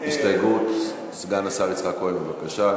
הסתייגות של סגן השר יצחק כהן, בבקשה.